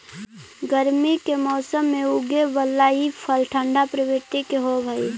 गर्मी के मौसम में उगे बला ई फल ठंढा प्रवृत्ति के होब हई